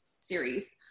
series